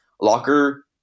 Locker